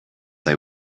they